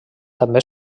també